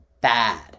bad